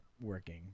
working